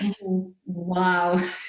Wow